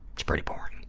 it's pretty boring,